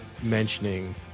mentioning